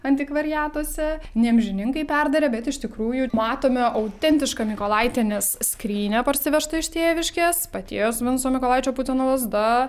antikvariatuose ne amžininkai perdarė bet iš tikrųjų matome autentišką mykolaitienės skrynią parsivežtą iš tėviškės paties vinco mykolaičio putino lazda